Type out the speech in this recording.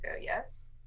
yes